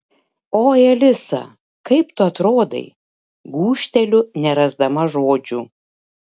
oi alisa kaip tu atrodai gūžteliu nerasdama žodžių